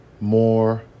more